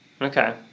okay